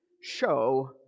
show